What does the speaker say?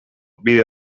bide